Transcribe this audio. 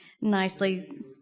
nicely